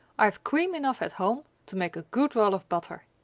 i have cream enough at home to make a good roll of butter,